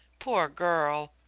poor girl!